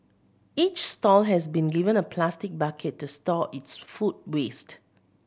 each stall has been given a plastic bucket to store its food waste